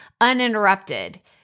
uninterrupted